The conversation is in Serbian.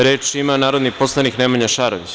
Reč ima narodni poslanik Nemanja Šarović.